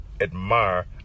admire